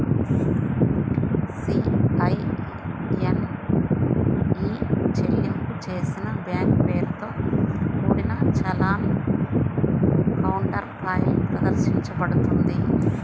CIN ఇ చెల్లింపు చేసిన బ్యాంక్ పేరుతో కూడిన చలాన్ కౌంటర్ఫాయిల్ ప్రదర్శించబడుతుంది